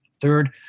Third